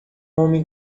homem